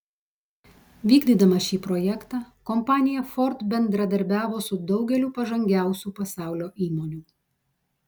vykdydama šį projektą kompanija ford bendradarbiavo su daugeliu pažangiausių pasaulio įmonių